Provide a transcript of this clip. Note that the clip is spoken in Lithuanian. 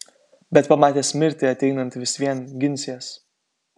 bet pamatęs mirtį ateinant vis vien ginsies